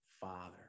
father